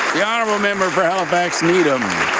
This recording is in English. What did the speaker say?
the honourable member for halifax needham.